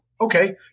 Okay